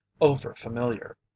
over-familiar